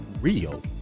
real